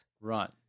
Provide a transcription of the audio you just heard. Right